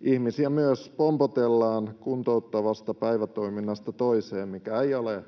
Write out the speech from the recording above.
Ihmisiä myös pompotellaan kuntouttavasta päivätoiminnasta toiseen, mikä ei ole